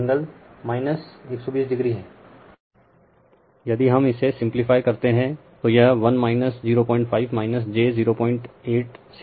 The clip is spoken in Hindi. Refer Slide Time 1535 यदि हम इसे सिम्प्लिफ्य करते है तो यह 1 05 j0866 होगा